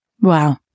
Wow